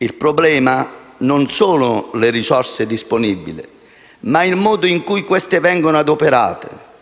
Il problema non sono le risorse disponibili ma il modo in cui queste vengono adoperate